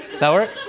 that work?